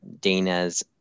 Dana's